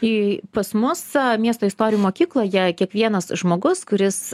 į pas mus miesto istorijų mokykloje kiekvienas žmogus kuris